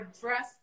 dressed